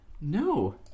no